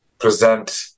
present